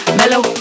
mellow